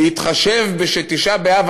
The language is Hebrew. בהתחשב בכך שתשעה באב,